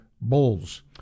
Bulls